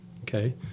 okay